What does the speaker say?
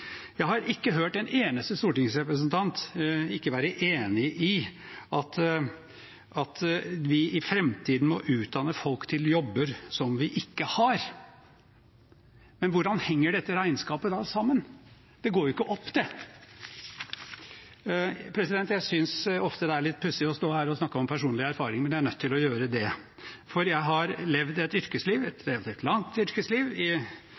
jeg har ikke hørt en eneste stortingsrepresentant ikke være enig i at vi i framtiden må utdanne folk til jobber som vi ikke har. Men hvordan henger dette regnskapet da sammen? Det går jo ikke opp. Jeg synes ofte det er litt pussig å stå her og snakke om personlige erfaringer, men jeg er nødt til å gjøre det. Jeg har levd et yrkesliv, et relativt langt yrkesliv,